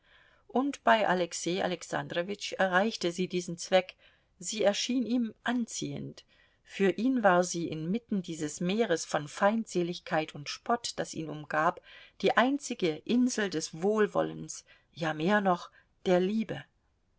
und bei alexei alexandrowitsch erreichte sie diesen zweck sie erschien ihm anziehend für ihn war sie inmitten dieses meeres von feindseligkeit und spott das ihn umgab die einzige insel des wohlwollens ja mehr noch der liebe